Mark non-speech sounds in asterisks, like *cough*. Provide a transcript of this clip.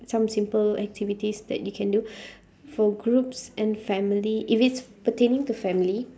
some simple activities that you can do *breath* for groups and family if it's pertaining to family